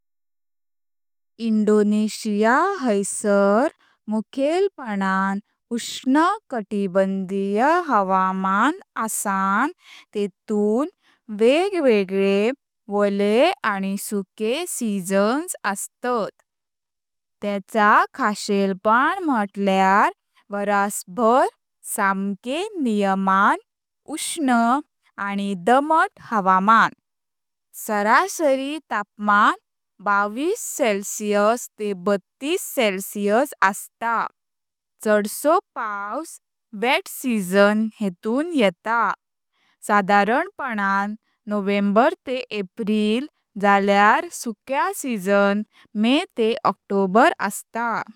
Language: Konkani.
इंडोनेशिया हायसर मुखलपणान उष्ण कटीबंधीय हावामान आसां तेतून वेगवेगळे वळे आनी सुके सिझन्स असतात। तेचा खालेष्पान म्हुटल्यार वरसभर सांके नियमांत उष्ण आनी दमट हावामान, सरासरी तापमान बावीस सेल्सियस तेह बत्तीस सेल्सियस असता। छडसो पावस वेट सिझन हेतून येता। साधारणपणें नोव्हेंबर तेह एप्रिल, जाल्यार सुक्या सिझन मे तेह ऑक्टोबर असता।